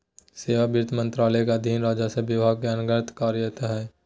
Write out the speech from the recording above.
सेवा वित्त मंत्रालय के अधीन राजस्व विभाग के अन्तर्गत्त कार्यरत हइ